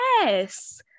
yes